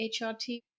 HRT